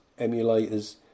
emulators